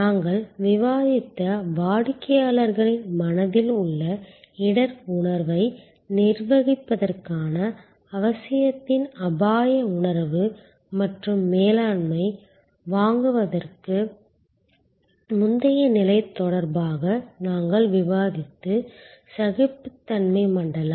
நாங்கள் விவாதித்த வாடிக்கையாளர்களின் மனதில் உள்ள இடர் உணர்வை நிர்வகிப்பதற்கான அவசியத்தின் அபாய உணர்வு மற்றும் மேலாண்மை வாங்குவதற்கு முந்தைய நிலை தொடர்பாக நாங்கள் விவாதித்த சகிப்புத்தன்மை மண்டலம்